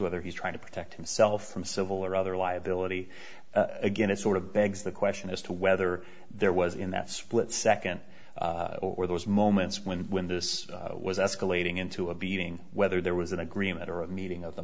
whether he's trying to protect himself from civil or other liability again it's sort of begs the question as to whether there was in that split second or those moments when when this was escalating into a beating whether there was an agreement or a meeting of the